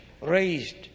raised